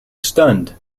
stunned